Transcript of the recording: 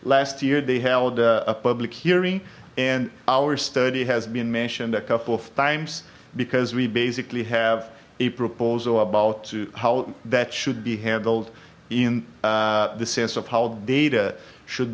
last year they held a public hearing and our study has been mentioned a couple of times because we basically have a proposal about how that should be handled in the sense of how data should